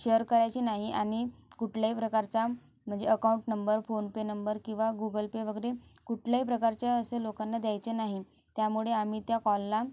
share करायची नाही आणि कुठल्याही प्रकारचा म्हणजे अकाऊंट नंबर फोनपे नंबर किंवा गूगलपे वगैरे कुठल्याही प्रकारच्या असे लोकांना द्यायचे नाही त्यामुळे आम्ही त्या कॉलला